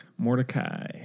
Mordecai